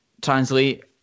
translate